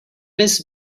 miss